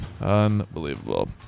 Unbelievable